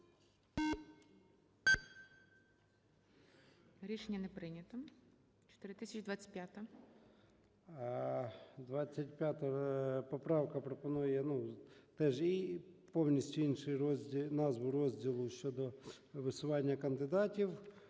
Рішення не прийнято. 4026